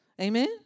Amen